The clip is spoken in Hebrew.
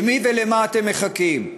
למי ולמה אתם מחכים?